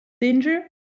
danger